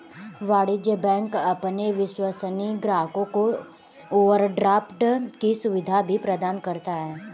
वाणिज्य बैंक अपने विश्वसनीय ग्राहकों को ओवरड्राफ्ट की सुविधा भी प्रदान करता है